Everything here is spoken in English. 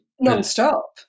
non-stop